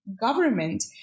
government